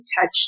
touch